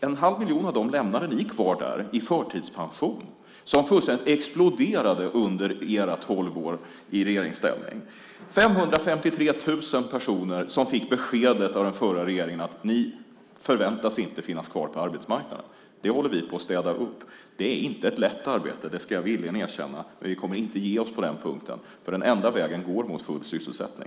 En halv miljon av dem lämnade ni kvar där i förtidspension, som fullständigt exploderade under era tolv år i regeringsställning. Det var 553 000 personer som fick beskedet av den förra regeringen: Ni förväntas inte finnas kvar på arbetsmarknaden. Det håller vi på att städa upp. Det är inte ett lätt arbete, det ska jag villigen erkänna men vi kommer inte att ge oss på den punkten, för den enda vägen går mot full sysselsättning.